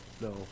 No